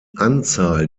anzahl